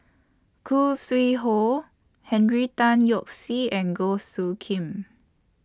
Khoo Sui Hoe Henry Tan Yoke See and Goh Soo Khim